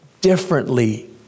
differently